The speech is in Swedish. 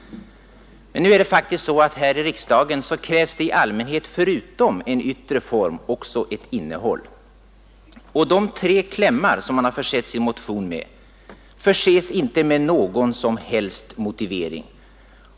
Men nu är det faktiskt så att här i riksdagen krävs i allmänhet förutom en yttre form också ett innehåll. De tre klämmar som motionen har försetts med innehåller inte någon som helst motivering.